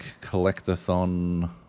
collectathon